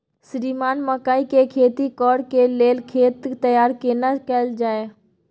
श्रीमान मकई के खेती कॉर के लेल खेत तैयार केना कैल जाए?